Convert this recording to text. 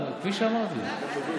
כפי שאמרתי.